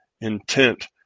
intent